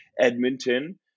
Edmonton